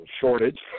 shortage